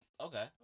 Okay